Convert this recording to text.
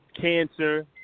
cancer